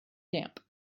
damp